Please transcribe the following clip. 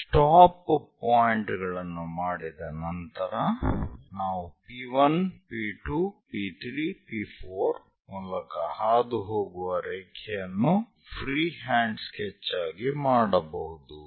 stop point ಗಳನ್ನು ಮಾಡಿದ ನಂತರ ನಾವು P1 P2 P3 P4 ಮೂಲಕ ಹಾದುಹೋಗುವ ರೇಖೆಯನ್ನು ಫ್ರೀಹ್ಯಾಂಡ್ ಸ್ಕೆಚ್ ಆಗಿ ಮಾಡಬಹುದು